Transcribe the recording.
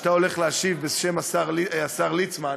שאתה הולך להשיב בשם השר ליצמן,